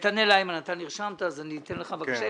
נתנאל היימן, נרשמת, אז אתן לך, בבקשה.